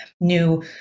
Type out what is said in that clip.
new